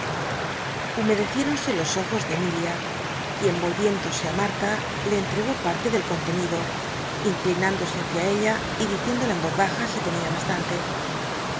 llumedcriéronoc los ojos ele emilia quien rol iéndose ü matta le entregó parte del contenido inclinándose blicia ella y diciéndola en oz baja i tenia bastante